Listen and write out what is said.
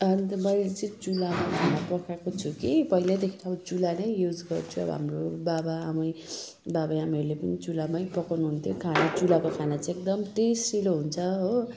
अन्त मैले चाहिँ चुल्हामा खाना पकाएको छु कि पहिल्यैदेखि नै चुल्हा नै युज गर्छ हाम्रो बाबा आमै बाबै आमैहरूले पनि चुल्हामै पकाउनु हुन्थ्यो खाना चुल्हाको खाना चाहिँ एकदम टेसिलो हुन्छ हो